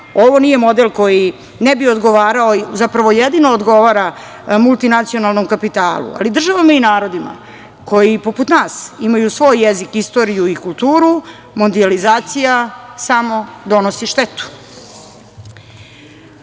ovo nije model koji ne bi odgovarao, zapravo jedino odgovara multinacionalnoj kapitalu, ali državama i narodima koji poput nas imaju svoj jezik, istoriju i kulturu, mondijalizacija samo donosi štetu.